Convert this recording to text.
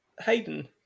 Hayden